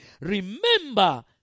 Remember